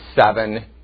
seven